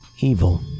Evil